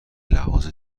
لحاظ